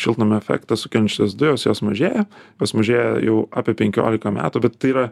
šiltnamio efektą sukeliančios dujos jos mažėja jos mažėja jau apie penkiolika metų bet tai yra